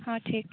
ᱦᱚᱸ ᱴᱷᱤᱠ